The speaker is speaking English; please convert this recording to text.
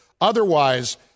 Otherwise